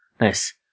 Nice